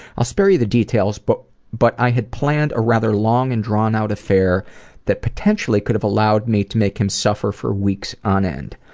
i'll spare you the details but but i had planned a rather long and drawn out affair that potentially could've allowed me to make him suffer for weeks on end.